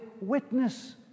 witness